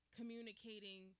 communicating